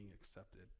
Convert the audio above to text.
accepted